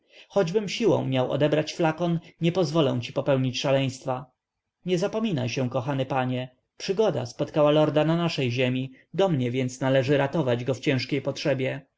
choćbym siłą miał odebrać flakon nie pozwolę ci popełnić szaleństwa nie zapominaj się kochany panie przygoda spotkała lorda na naszej ziemi do mnie więc należy ratować go w ciężkiej potrzebie